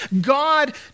God